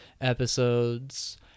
episodes